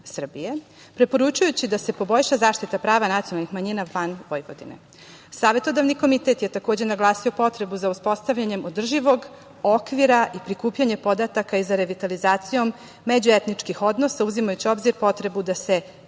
preporučujući da se poboljša zaštita prava nacionalnih manjina van Vojvodine. Savetodavni komitet je takođe naglasio potrebu za uspostavljanje održivog okvira i prikupljanje podataka za revitalizacijom međuetničkih odnosa uzimajući u obzir potrebu da se